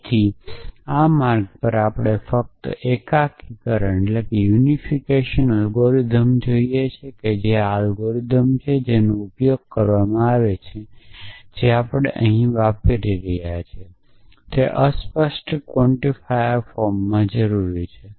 તેથી માર્ગ પર આપણે ફક્ત એકીકરણ અલ્ગોરિધમનો જોઈએ જે આ અલ્ગોરિધમનો છે જેનો ઉપયોગ કરવામાં આવે છે જે આપણે અહીં વાપરી રહ્યા છીએ તેવા અસ્પષ્ટ ક્વોન્ટીફાયર ફોર્મમાં જરૂરી છે